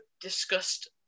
discussed